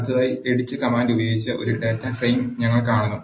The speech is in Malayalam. അടുത്തതായി എഡിറ്റ് കമാൻഡ് ഉപയോഗിച്ച് ഒരു ഡാറ്റ ഫ്രെയിം ഞങ്ങൾ കാണുന്നു